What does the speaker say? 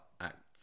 acts